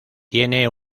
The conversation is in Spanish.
tiene